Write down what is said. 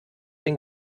den